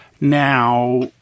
now